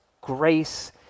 grace